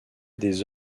des